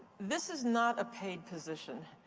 this is not a paid position.